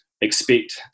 expect